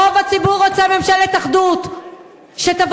רוב הציבור רוצה ממשלת אחדות שתבוא